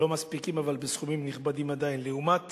לא מספיקים, אבל עדיין סכומים נכבדים, לעומת